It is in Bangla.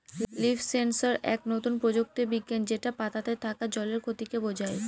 লিফ সেন্সর এক নতুন প্রযুক্তি বিজ্ঞান যেটা পাতাতে থাকা জলের ক্ষতিকে বোঝায়